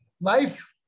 Life